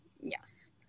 Yes